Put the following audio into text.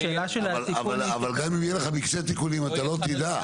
השאלה של התיקון היא --- אבל גם אם יהיה לך מקצה תיקונים אתה לא תדע.